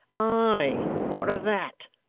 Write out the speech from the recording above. i! what of that